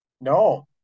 No